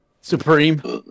supreme